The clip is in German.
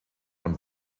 und